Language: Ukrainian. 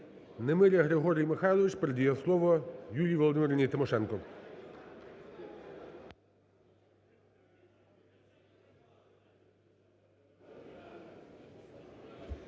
Немиря Григорій Михайлович передає слово Юлії Володимирівні Тимошенко.